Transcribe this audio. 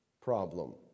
problem